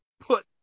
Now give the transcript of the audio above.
put